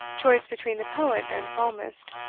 choice between the poet and psalmist.